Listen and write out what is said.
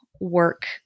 work